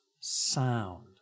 sound